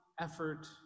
effort